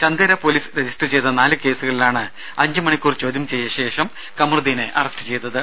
Chandera police register ചെയ്ത നാല് കേസുകളിലാണ് അഞ്ച് മണിക്കൂർ ചോദ്യം ചെയ്ത ശേഷം ഖമറുദ്ദീനെ അറസ്റ്റു ചെയ്തത്